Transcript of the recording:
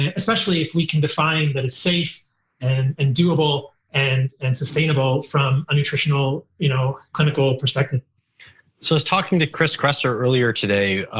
and especially if we can define that it's, and and doable and and sustainable from a nutritional, you know clinical perspective. so i was talking to chris kresser earlier today.